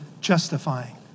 justifying